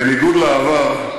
בניגוד לעבר,